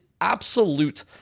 absolute